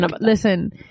Listen